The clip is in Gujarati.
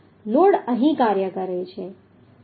લોડ અહીં કાર્ય કરે છે